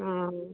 অ